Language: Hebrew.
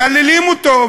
מהללים אותו.